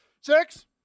Six